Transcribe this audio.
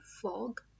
fog